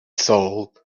soul